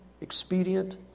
expedient